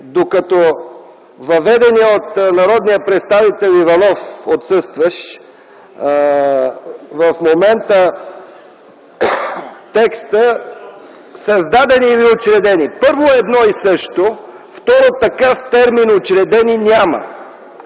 докато въведеният текст от народния представител Иванов – отсъстващ в момента, е „създадени или учредени”. Първо е едно и също, второ такъв термин „учредени” няма.